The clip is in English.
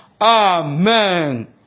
Amen